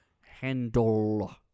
handle